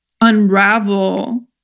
unravel